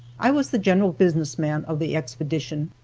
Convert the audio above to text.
i was the general business man of the expedition,